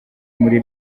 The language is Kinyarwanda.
muri